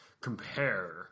compare